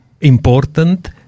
important